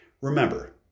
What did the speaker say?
Remember